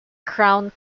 crown